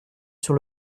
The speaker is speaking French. sur